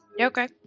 Okay